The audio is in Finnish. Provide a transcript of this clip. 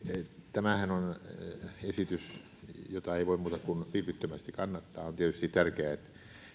tämähän on esitys jota ei voi muuta kuin vilpittömästi kannattaa on tietysti tärkeää että